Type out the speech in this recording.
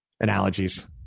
analogies